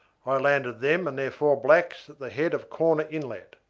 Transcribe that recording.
i landed them and their four blacks at the head of corner inlet.